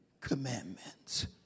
commandments